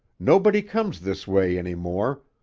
nobody comes this way any more,